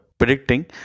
predicting